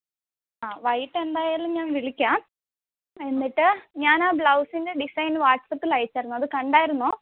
ആ വൈകിട്ട് എന്തായാലും ഞാൻ വിളിക്കാം എന്നിട്ട് ഞാനാ ബ്ലൗസിൻ്റെ ഡിസൈൻ വാട്സപ്പിൽ അയച്ചിരുന്നു അത് കണ്ടിരുന്നോ